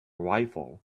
rifle